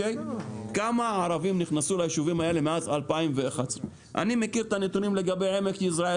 כמה אנשים נכנסו ליישובים האלה משנת 2011. אני מכיר את הנתונים לגבי עמק יזרעאל